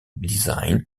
design